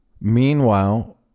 Meanwhile